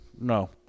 No